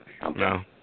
No